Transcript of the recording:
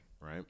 Right